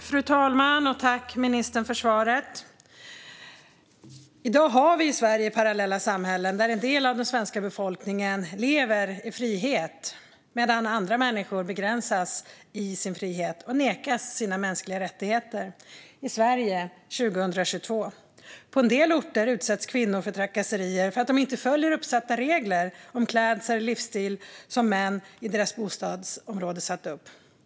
Fru talman! Jag tackar ministern för svaret. I dag har vi i Sverige parallella samhällen där en del av den svenska befolkningen lever i frihet medan andra människor begränsas i sin frihet och nekas sina mänskliga rättigheter - i Sverige, 2022. På en del orter utsätts kvinnor för trakasserier för att de inte följer uppsatta regler om klädsel och livsstil som män i deras bostadsområde satt upp.